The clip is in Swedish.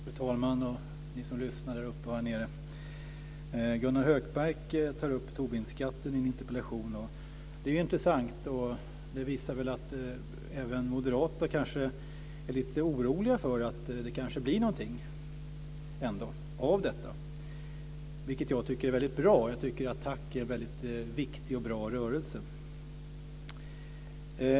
Fru talman! Ni som lyssnar uppe på läktaren och nere i salen! Gunnar Hökmark tar upp Tobinskatten i en interpellation. Det är intressant. Det visar att även moderater är lite oroliga för att det ändå kanske blir någonting av detta, vilket jag tycker är väldigt bra. Jag tycker att ATTAC är en väldigt viktig och bra rörelse.